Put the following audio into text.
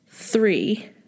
three